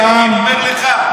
מה שאלקין אומר לך?